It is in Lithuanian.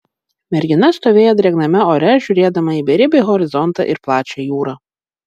mergina stovėjo drėgname ore žiūrėdama į beribį horizontą ir plačią jūrą